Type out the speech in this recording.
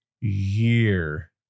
year